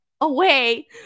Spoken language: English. away